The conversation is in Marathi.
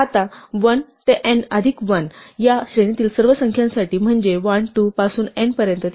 आता 1 ते n अधिक 1 या श्रेणीतील सर्व संख्यांसाठी म्हणजे 1 2 पासून n पर्यंत